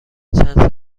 چند